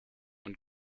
und